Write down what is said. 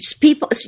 people